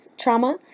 trauma